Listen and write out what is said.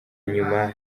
nyuma